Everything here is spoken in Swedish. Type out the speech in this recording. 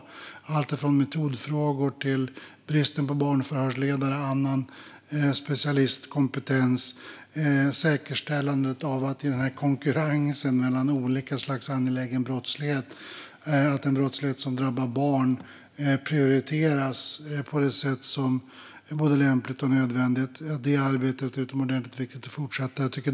Här handlar det om alltifrån metodfrågor till bristen på barnförhörsledare och annan specialistkompetens och om att i konkurrensen mellan olika slags angelägen brottslighet säkerställa att den brottslighet som drabbar barn prioriteras på ett lämpligt och nödvändigt sätt. Det arbetet är utomordentligt viktigt att fortsätta.